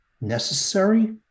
necessary